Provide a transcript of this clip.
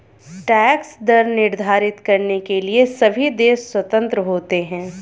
tax दर निर्धारित करने के लिए सभी देश स्वतंत्र होते है